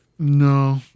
No